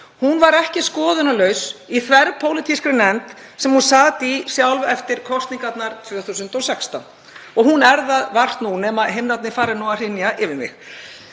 Hún var ekki skoðanalaus í þverpólitískri nefnd sem hún sat í sjálf eftir kosningarnar 2016 og hún er það vart nú nema himnarnir fari að hrynja yfir mig.